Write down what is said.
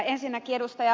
ensinnäkin ed